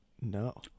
No